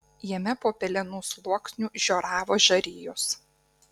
jame po pelenų sluoksniu žioravo žarijos